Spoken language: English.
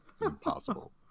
impossible